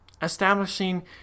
establishing